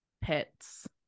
pets